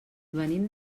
venim